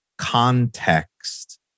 Context